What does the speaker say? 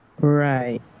Right